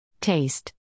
Taste